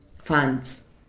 funds